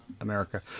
America